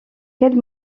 quel